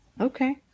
okay